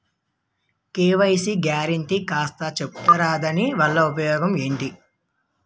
KYC guarantee కాస్త చెప్తారాదాని వల్ల ఉపయోగం ఎంటి?